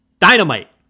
Dynamite